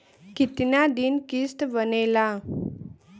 कितना दिन किस्त बनेला?